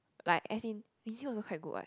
like as in Izzie also quite good what